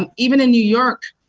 and even in new york,